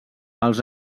els